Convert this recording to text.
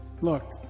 Look